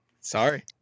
Sorry